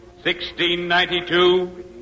1692